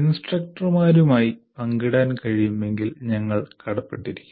ഇൻസ്ട്രക്ടർമാരുമായി പങ്കിടാൻ കഴിയുമെങ്കിൽ ഞങ്ങൾ കടപ്പെട്ടിരിക്കും